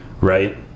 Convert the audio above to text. right